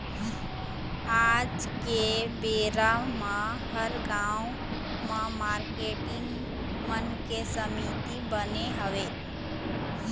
आज के बेरा म हर गाँव म मारकेटिंग मन के समिति बने हवय